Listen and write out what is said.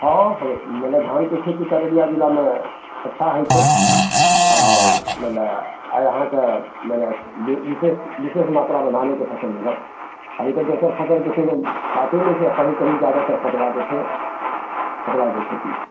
हँ मने धानके खेती तऽ अररिया जिलामे अच्छा होइ छै आ मने आइ अहाँके मने विशेष विशेष मात्रामे धानेके फसल भेल अभी तऽ दोसर फसलके कोनो बाते नहि छै कही कही जादातर पटुआके छै पटुआके खेती